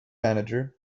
manager